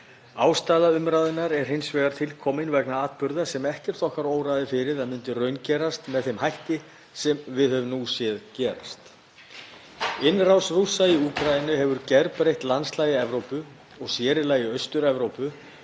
Ástæða umræðunnar er hins vegar til komin vegna atburða sem ekkert okkar óraði fyrir að myndu raungerast með þeim hætti sem við höfum nú séð gerast. Innrás Rússa í Úkraínu hefur gerbreytt landslagi í Evrópu og sér í lagi í Austur-Evrópu